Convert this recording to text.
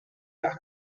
las